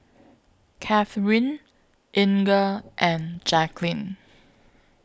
Katheryn Inga and Jaqueline